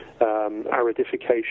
aridification